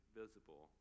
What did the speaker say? visible